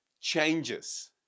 changes